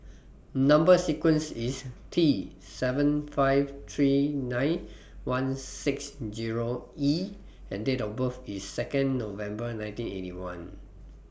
Number sequence IS T seven five three nine one six Zero E and Date of birth IS Second November nineteen Eighty One